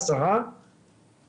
אם